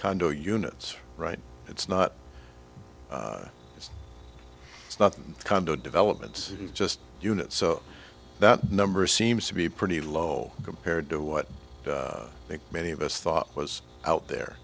condo units right it's not it's not a condo development just unit so that number seems to be pretty low compared to what i think many of us thought was out there